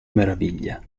meraviglia